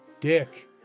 Dick